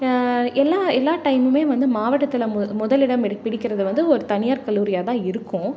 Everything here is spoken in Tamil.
எல்லா எல்லா டைமுமே வந்து மாவட்டத்தில் மு முதல் இடம் எடு பிடிக்கிறதை வந்து ஒரு தனியார் கல்லூரியாக தான் இருக்கும்